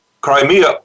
Crimea